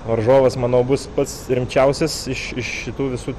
varžovas manau bus pats rimčiausias iš iš šitų visų